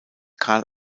karl